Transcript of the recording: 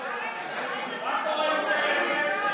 מה קורה עם קרן וקסנר?